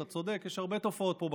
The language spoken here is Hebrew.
אתה צודק, יש הרבה תופעות פה בכנסת.